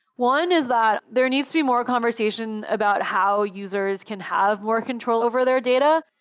one is that there needs to be more conversation about how users can have more control over their data.